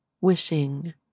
wishing